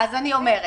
אז אני אומרת.